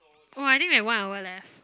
oh I think we have one hour left